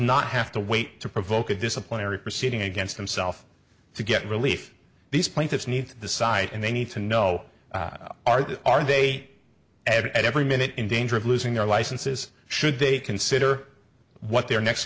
not have to wait to provoke a disciplinary proceeding against himself to get relief these plaintiffs need the site and they need to know are they are they at every minute in danger of losing their licenses should they consider what their next